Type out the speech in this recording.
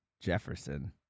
Jefferson